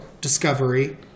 Discovery